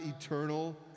eternal